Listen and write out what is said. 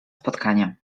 spotkania